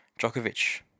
Djokovic